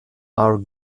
are